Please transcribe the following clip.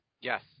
Yes